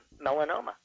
melanoma